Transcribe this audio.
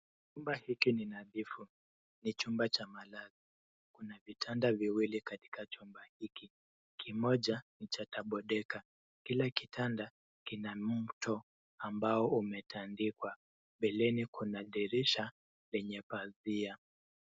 Chumba hiki ni nadhifu. Ni chumba cha malazi. Kuna vitanda viwili katika chumba hiki. Kimoja ni cha ghorofa. Kila kitanda kina mto ambao umetandikwa. Mbeleni kuna dirisha lenye pazia.